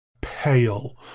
Pale